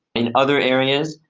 in other areas,